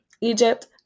Egypt